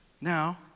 now